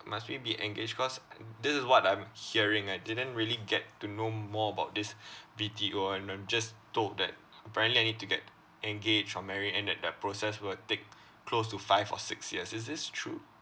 must we be engaged cause this is what I'm hearing I didn't really get to know more about this B_T_O and I'm just told that apparently I need to get engaged or married and that that process will take close to five or six years is this true